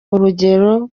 urugero